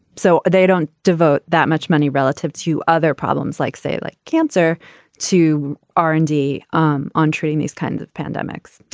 so they don't devote that much money relative to other problems like, say, like cancer to r and d um on treating these kinds of pandemics.